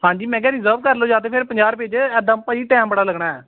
ਹਾਂਜੀ ਮੈਂ ਕਿਹਾ ਰਿਜ਼ਰਵ ਕਰ ਲਓ ਜਾਂ ਤਾਂ ਫਿਰ ਪੰਜਾਹ ਰੁਪਏ 'ਚ ਇੱਦਾਂ ਭਾਅ ਜੀ ਟਾਈਮ ਬੜਾ ਲੱਗਣਾ